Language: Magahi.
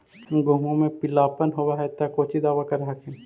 गोहुमा मे पिला अपन होबै ह तो कौची दबा कर हखिन?